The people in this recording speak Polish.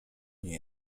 nie